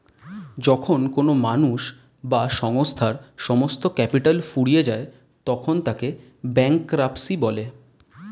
যখন কোনো মানুষ বা সংস্থার সমস্ত ক্যাপিটাল ফুরিয়ে যায় তখন তাকে ব্যাঙ্করাপ্সি বলে